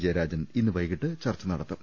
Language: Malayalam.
ജയരാജൻ ഇന്ന് വൈകിട്ട് ചർച്ച നടത്തും